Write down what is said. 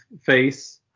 face